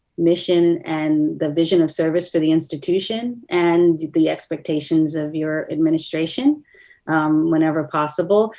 mission and the vision of service for the institution, and the expectations of your administration whenever possible.